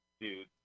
dude